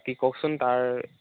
কি কওকচোন তাৰ